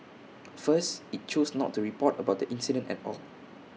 first IT chose not to report about the incident at all